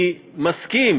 אני מסכים